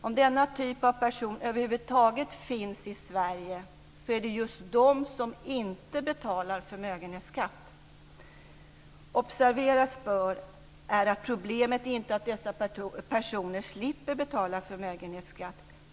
Om denna typ av personer över huvud taget finns i Sverige så är det just de som inte betalar förmögenhetsskatt. Observeras bör att problemet inte är att dessa personer slipper betala förmögenhetsskatt.